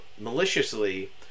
maliciously